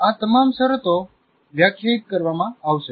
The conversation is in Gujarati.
આ તમામ શરતો વ્યાખ્યાયિત કરવામાં આવશે